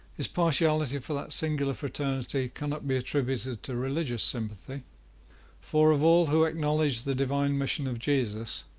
his partiality for that singular fraternity cannot be attributed to religious sympathy for, of all who acknowledge the divine mission of jesus,